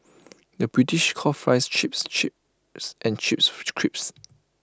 the British calls Fries Chips chips and chips crips